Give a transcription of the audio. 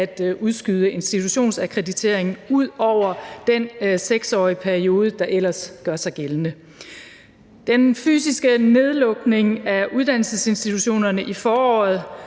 at udskyde institutionsakkreditering ud over den 6-årige periode, der ellers gør sig gældende. Den fysiske nedlukning af uddannelsesinstitutionerne i foråret